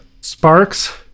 Sparks